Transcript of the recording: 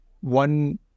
One